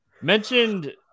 Mentioned